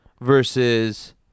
versus